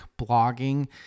blogging